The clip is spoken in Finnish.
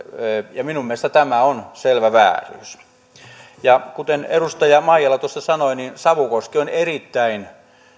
minun mielestäni tämä on selvä vääryys kuten edustaja maijala tuossa sanoi savukoski on erittäin